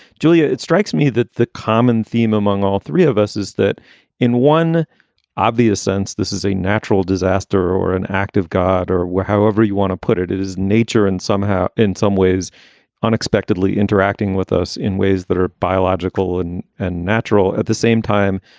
julia, it strikes me that the common theme among all three of us is that in one obvious sense, this is a natural disaster or an act of god or where however you want to put it, it is nature and somehow in some ways unexpectedly interacting with us in ways that are biological and and natural at the same time.